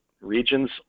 regions